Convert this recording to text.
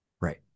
Right